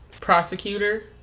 prosecutor